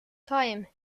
time